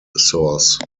source